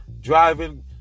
driving